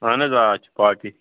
اہَن حظ آ اَسہِ چھِ پارٹی